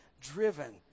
driven